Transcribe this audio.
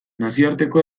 nazioarteko